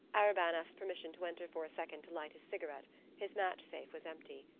arobin asked permission to enter for a second to light his cigarette his match safe was empty.